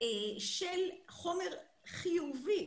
של חומר חיובי,